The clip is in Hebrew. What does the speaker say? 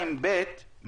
ואיפה הוא היה.